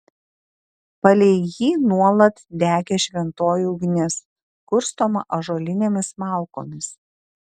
palei jį nuolat degė šventoji ugnis kurstoma ąžuolinėmis malkomis